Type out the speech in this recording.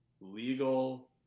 legal